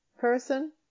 person